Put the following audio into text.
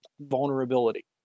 vulnerability